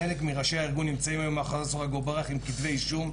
חלק מראשי הארגון נמצאים היום מאחורי סורג ובריח עם כתבי אישום.